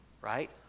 right